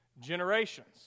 generations